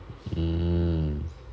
hmm